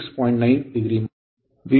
9 o V2 2o ಆಗಿದೆ